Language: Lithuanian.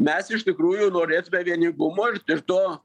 mes iš tikrųjų norėtume vieningumo ir to